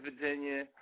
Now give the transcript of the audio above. Virginia